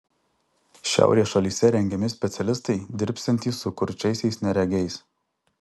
šiaurės šalyse rengiami specialistai dirbsiantys su kurčiaisiais neregiais